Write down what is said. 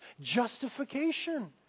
justification